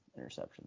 interceptions